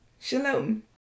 Shalom